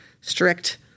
strict